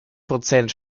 prozent